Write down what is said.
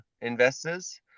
investors